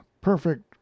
perfect